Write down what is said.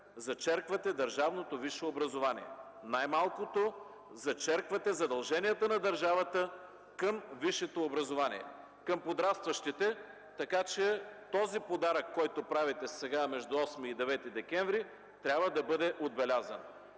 зачерквате държавното висше образование, най-малкото зачерквате задължението на държавата към висшето образование, към подрастващите, така че този подарък, който правите сега, между 8 и 9 декември, трябва да бъде отбелязан.